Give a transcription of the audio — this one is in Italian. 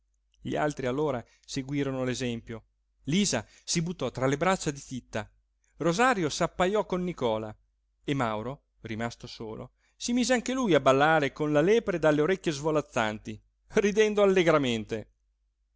gli altri allora seguirono l'esempio lisa si buttò tra le braccia di titta rosario s'appajò con nicola e mauro rimasto solo si mise anche lui a ballare con la lepre dalle orecchie svolazzanti ridendo allegramente